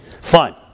fine